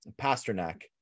Pasternak